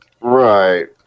Right